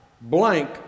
Blank